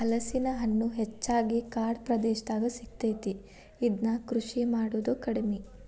ಹಲಸಿನ ಹಣ್ಣು ಹೆಚ್ಚಾಗಿ ಕಾಡ ಪ್ರದೇಶದಾಗ ಸಿಗತೈತಿ, ಇದ್ನಾ ಕೃಷಿ ಮಾಡುದ ಕಡಿಮಿ